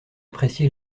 apprécié